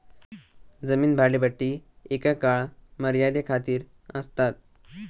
जमीन भाडेपट्टी एका काळ मर्यादे खातीर आसतात